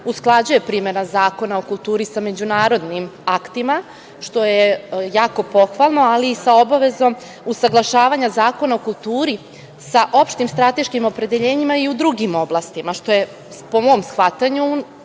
usklađuje primena Zakona o kulturi sa međunarodnim aktima, što je jako pohvalno, ali i sa obavezom usaglašavanja Zakona o kulturi, sa opštim strateškim opredeljenjima i u drugim oblastima, što je, po mom shvatanju,